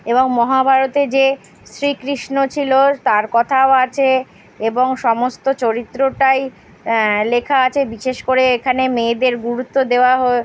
এবং মহাভারতে যে শ্রীকৃষ্ণ ছিল তার কথাও আছে এবং সমস্ত চরিত্রটাই লেখা আছে বিশেষ করে এখানে মেয়েদের গুরুত্ব দেওয়া হো